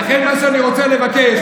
לכן, מה שאני רוצה לבקש